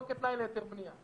לא כתנאי להיתר בנייה.